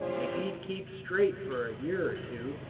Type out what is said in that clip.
if he'd keep straight for a year or two,